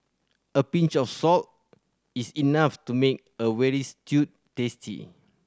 a pinch of salt is enough to make a veal stew tasty